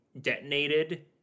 detonated